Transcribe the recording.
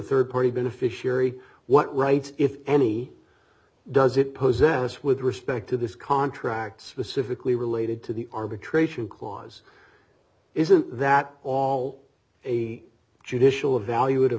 rd party beneficiary what rights if any does it pose in this with respect to this contract specifically related to the arbitration clause isn't that all a judicial evaluat